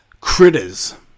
Critters